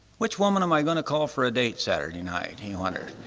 which woman am i going to call for a date saturday night, he wonders.